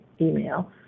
email